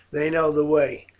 they know the way.